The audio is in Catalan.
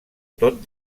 tot